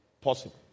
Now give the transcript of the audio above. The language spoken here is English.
possible